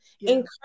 encourage